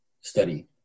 study